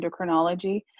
endocrinology